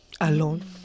Alone